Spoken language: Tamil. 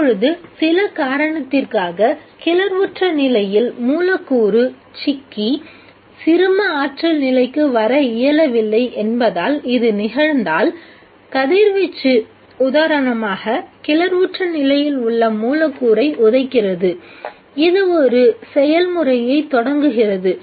இப்பொழுது சில காரணத்திற்காக கிளர்வுற்ற நிலையில் மூலக்கூறு சிக்கி சிறும ஆற்றல் நிலைக்கு வர இயலவில்லை என்பதால் இது நிகழ்ந்தால் கதிர்வீச்சு உதாரணமாக கிளர்வுற்ற நிலையில் உள்ள மூலக்கூறை உதைக்கிறது இது ஒரு செயல்முறையை தொடங்குகிறது